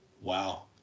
Wow